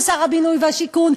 שהוא שר הבינוי והשיכון,